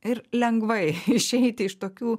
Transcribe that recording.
ir lengvai išeiti iš tokių